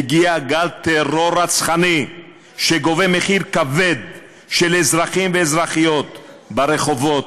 מגיע גל טרור רצחני שגובה מחיר כבד של אזרחים ואזרחיות ברחובות